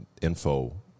info